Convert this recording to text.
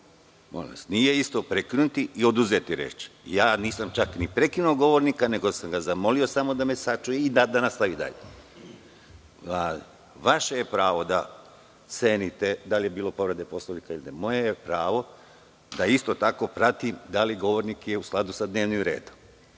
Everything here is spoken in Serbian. govorite. Nije isto prekinuti i oduzeti reč. Nisam čak ni prekinuo govornika nego sam ga zamolio samo da me sasluša i da nastavi dalje. Vaše je pravo da cenite da li je bilo povrede Poslovnika ili ne, moje je pravo da isto tako pratim da li govornik govori u skladu sa dnevnim redom.